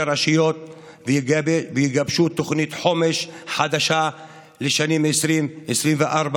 הרשויות ויגבשו תוכנית חומש חדשה לשנים 2020 2024